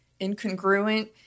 incongruent